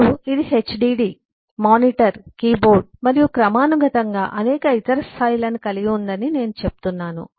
ఇప్పుడు ఇది HDD monitor keyboard మరియు క్రమానుగతంగా అనేక ఇతర స్థాయిలను కలిగి ఉందని నేను చెప్తున్నాను